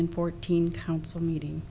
and fourteen council meeting